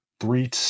three